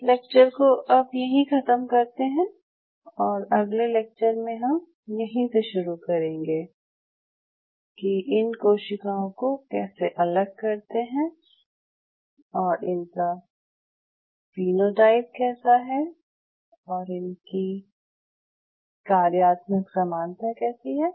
इस लेक्चर को अब यहीं ख़त्म करते हैं और अगले लेक्चर में हम यहीं से शुरू करेंगे कि इन कोशिकाओं को कैसे अलग करते हैं और इनका फीनोटाइप कैसा है और इनकी कार्यात्मक समानता कैसी है